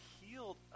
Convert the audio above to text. healed